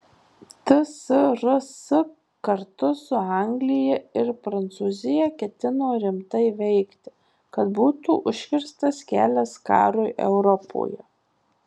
tsrs kartu su anglija ir prancūzija ketino rimtai veikti kad būtų užkirstas kelias karui europoje